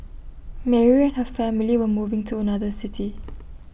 Mary and her family were moving to another city